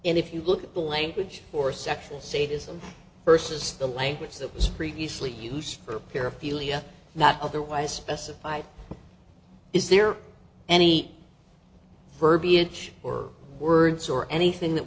and if you look at the language for sexual sadism versus the language that was previously used for paraphilia not otherwise testified is there any verbiage or words or anything that